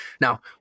Now